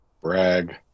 Brag